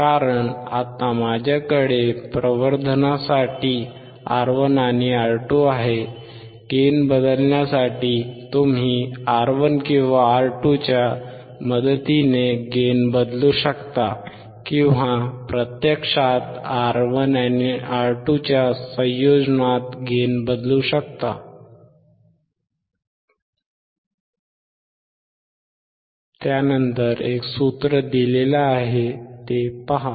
कारण आता माझ्याकडे प्रवर्धनासाठी R1 आणि R2 आहे गेन बदलण्यासाठी तुम्ही R1 किंवा R2च्या मदतीने गेन बदलू शकता किंवा प्रत्यक्षात R1 आणि R2 च्या संयोजनात गेन बदलू शकतो